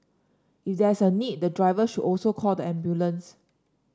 if there is a need the driver should also call the ambulance